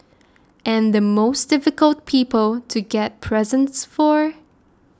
and the most difficult people to get presents for